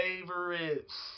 favorites